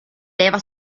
leva